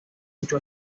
mucho